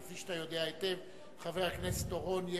כפי שאתה יודע היטב, חבר הכנסת אורון.